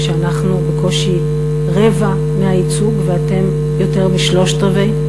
כשאנחנו בקושי רבע מהייצוג ואתם יותר משלושה-רבעים.